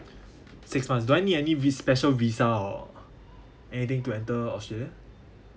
six months do I need any vis~ special visa or anything to enter australia